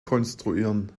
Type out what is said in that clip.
konstruieren